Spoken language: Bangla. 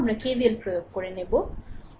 আমরা KVL প্রয়োগ করে নেবো